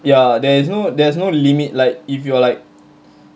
ya there's no there's no limit like if you are like